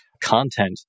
content